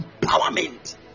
empowerment